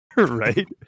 Right